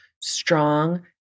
strong